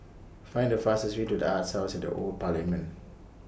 Find The fastest Way to The Arts House At The Old Parliament